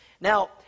now